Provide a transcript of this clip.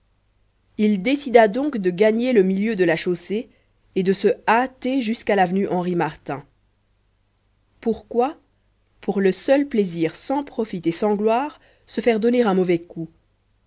il décida donc de gagner le milieu de la chaussée et de se hâter jusqu'à l'avenue henri martin pourquoi pour le seul plaisir sans profit et sans gloire se faire donner un mauvais coup